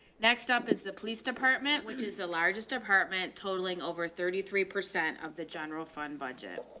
next stop is the police department, which is the largest department totalling over thirty three percent of the general fund budget.